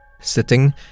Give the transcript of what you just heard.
Sitting